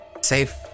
safe